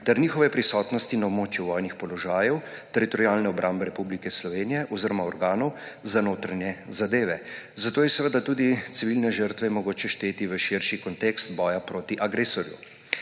ter njihove prisotnosti na območju vojnih položajev Teritorialne obrambe Republike Slovenije oziroma organov za notranje zadeve, zato je seveda tudi civilne žrtve mogoče šteti v širši kontekst boja proti agresorju.